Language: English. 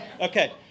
Okay